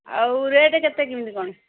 ଆଉ ରେଟ୍ କେତେ କେମିତି କ'ଣ